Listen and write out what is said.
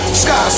sky